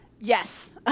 Yes